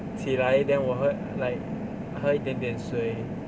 起来 then 我喝 like 喝一点点水